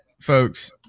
folks